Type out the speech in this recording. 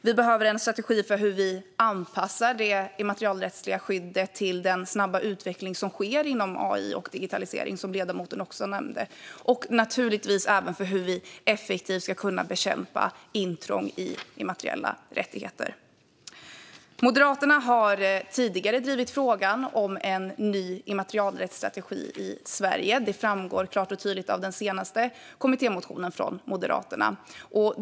Vi behöver en strategi för att anpassa det immaterialrättsliga skyddet till den snabba utveckling som sker inom AI och digitalisering, som ledamoten nämnde, och naturligtvis även för att effektivt bekämpa intrång i immateriella rättigheter. Moderaterna har tidigare drivit frågan om en ny immaterialrättsstrategi i Sverige. Det framgår klart och tydligt av den senaste kommittémotionen från Moderaterna.